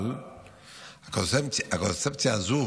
אבל הקונספציה הזאת